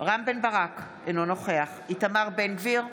רם בן ברק, אינו נוכח איתמר בן גביר,